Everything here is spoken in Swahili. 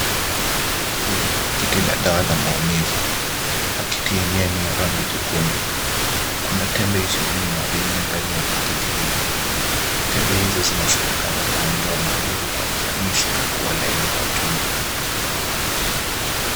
Hili ni pakiti la dawa la maumivu. Pakiti yenyewe ni ya rangi jekundu. Kuna tembe ishirini na vinne ndani ya pakiti hili. Tembe hizo zinasemekana kuondoa maumivu kwa ufanisi na kuwa laini kwa tumbo.